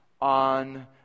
on